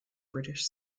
british